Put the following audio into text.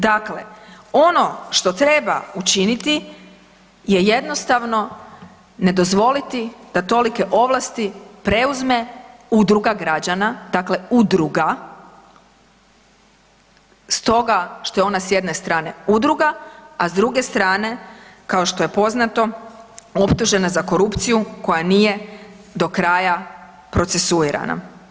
Dakle, ono što treba učiniti je jednostavno ne dozvoliti da tolike ovlasti preuzme udruga građana, dakle udruga, stoga što je ona s jedne strane udruga, a s druge strane kao što je poznato optužena za korupciju koja nije do kraja procesuirana.